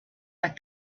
like